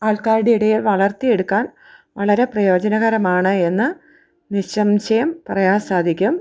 ആൾക്കാരുടെ ഇടയിൽ വളർത്തി എടുക്കാൻ വളരെ പ്രയോജനകരമാണ് എന്നു നിസംശയം പറയാൻ സാധിക്കും